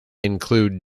include